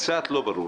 זה קצת לא ברור.